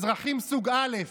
אזרחים סוג א',